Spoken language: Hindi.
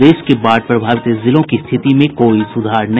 प्रदेश के बाढ़ प्रभावित जिलों की स्थिति में कोई सुधार नहीं